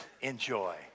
enjoy